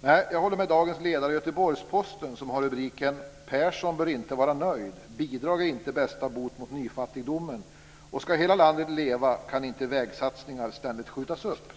Nej, jag håller med dagens ledare i Göteborgs Posten som har rubriken: "Persson bör inte vara nöjd. Bidrag är inte bästa bot mot nyfattigdomen och ska hela landet leva kan inte vägsatsningar ständigt skjutas upp".